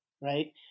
right